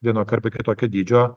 vienokio arba kitokio dydžio